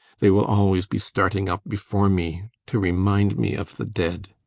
they will always be starting up before me to remind me of the dead.